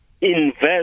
invest